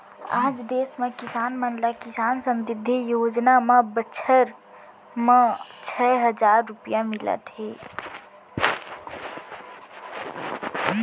आज देस म किसान मन ल किसान समृद्धि योजना म बछर म छै हजार रूपिया मिलत हे